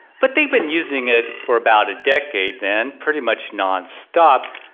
but they've been using it for about a decade then pretty much non-stop.